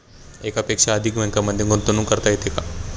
एकापेक्षा अधिक बँकांमध्ये गुंतवणूक करता येते का?